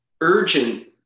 urgent